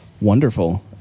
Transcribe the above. Wonderful